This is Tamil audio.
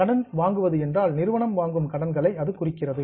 கடன் வாங்குவது என்றால் நிறுவனம் வாங்கும் கடன்களை அது குறிக்கிறது